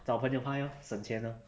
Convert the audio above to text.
找朋友拍 lor 省钱 ah